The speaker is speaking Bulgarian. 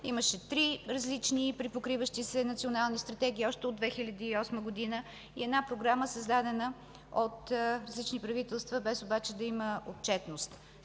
Имаше три различни припокриващи се национални стратегии още от 2008 г. и една програма създадена от различни правителства, без обаче да има отчетност.